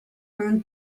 man